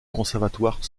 conservatoire